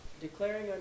Declaring